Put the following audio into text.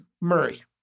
Murray